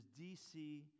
DC